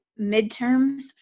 midterms